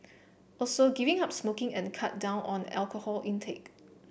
also giving up smoking and cut down on the alcohol intake